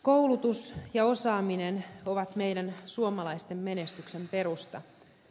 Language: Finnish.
koulutus ja osaaminen ovat meidän suomalaisten menestyksen perusta